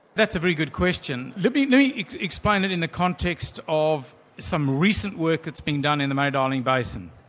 that's a very good question. let me explain it in the context of some recent work that's been done in the murray darling basin.